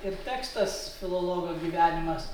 ir tekstas filologo gyvenimas